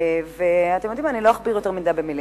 אני לא אכביר מלים,